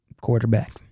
Quarterback